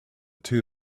two